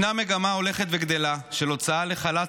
ישנה מגמה הולכת וגדלה של הוצאה לחל"ת